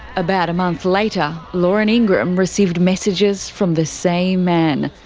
about a month later, lauren ingram received messages from the same man,